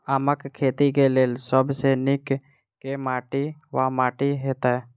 आमक खेती केँ लेल सब सऽ नीक केँ माटि वा माटि हेतै?